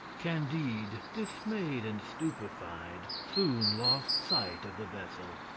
candide, dismayed and stupefied, soon lost sight of the vessel.